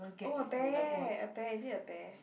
oh a bear a bear is it a bear